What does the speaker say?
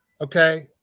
Okay